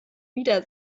wieder